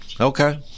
okay